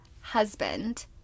husband